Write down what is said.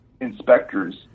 inspectors